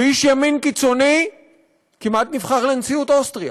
ואיש ימין קיצוני כמעט נבחר לנשיאות אוסטריה,